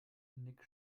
nick